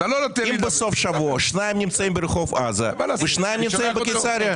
אם בסוף שבוע שניים נמצאים ברחוב עזה ושניים נמצאים בקיסריה.